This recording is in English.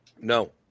No